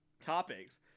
topics